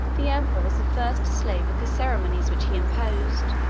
the emperor was the first slave of the ceremonies which he imposed,